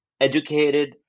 educated